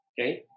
Okay